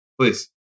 Please